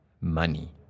money